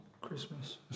Christmas